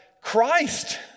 Christ